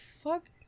Fuck